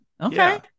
Okay